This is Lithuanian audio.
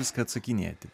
viską atsakinėti